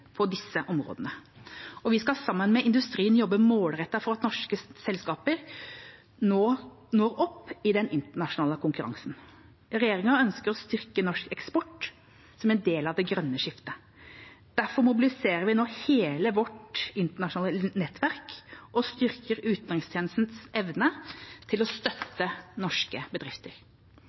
på disse områdene. Vi skal sammen med industrien jobbe målrettet for at norske selskaper når opp i den internasjonale konkurransen. Regjeringa ønsker å styrke norsk eksport som en del av det grønne skiftet. Derfor mobiliserer vi nå hele vårt internasjonale nettverk og styrker utenrikstjenestens evne til å støtte norske bedrifter.